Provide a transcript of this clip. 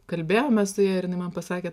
kalbėjome su ja ir jinai man pasakė